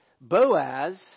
Boaz